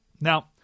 Now